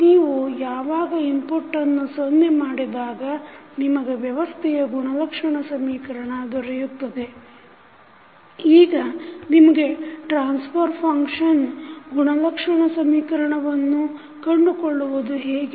ನೀವು ಯಾವಾಗ ಇನ್ಪುಟ್ಟನ್ನು ಸೊನ್ನೆ ಮಾಡಿದಾಗ ನಿಮಗೆ ವ್ಯವಸ್ಥೆಯ ಗುಣಲಕ್ಷಣ ಸಮೀಕರಣವು ದೊರೆಯುತ್ತದೆ ಈಗ ನಿಮಗೆ ಟ್ರಾನ್ಸ್ಫರ್ ಫಂಕ್ಷನ್ ನೀಡಿದಾಗ ಗುಣಲಕ್ಷಣ ಸಮೀಕರಣವನ್ನು ಕಂಡು ಕೊಳ್ಳುವುದು ಹೇಗೆ